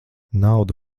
nauda